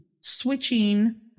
switching